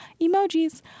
emojis